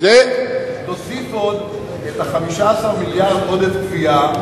תוסיף עוד 15 מיליארד עודף גבייה,